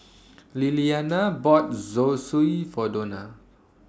Lilliana bought Zosui For Dona